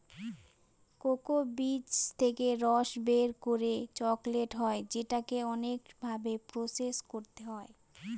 cocoa বীজ থেকে রস বের করে চকলেট হয় যেটাকে অনেক ভাবে প্রসেস করতে হয়